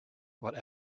what